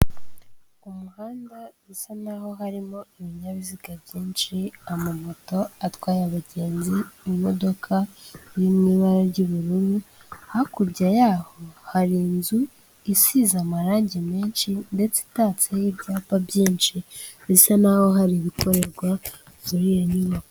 Mu muhanda bisa n'aho harimo ibinyabiziga byinshi ama moto atwaye abagenzi, imodoka nini y'ibara ry'ubururu, hakurya yaho hari inzu isize amarangi menshi ndetse itatse y'ibyapa byinshi bisa nkaho hari ibikorerwa tuyeyo.